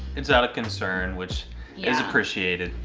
it's out of concern which is appreciated.